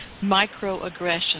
microaggression